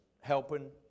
helping